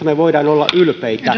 me voimme olla ylpeitä